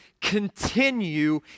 continue